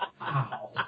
Wow